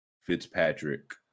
Fitzpatrick